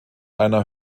einer